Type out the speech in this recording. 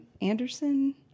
Anderson